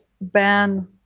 ban